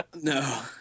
No